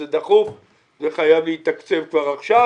זה דחוף וחייב להיות מתוקצב כבר עכשיו.